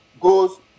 goes